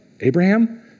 Abraham